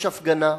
יש הפגנה.